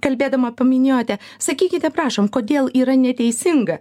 kalbėdama paminėjote sakykite prašom kodėl yra neteisinga